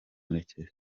murekezi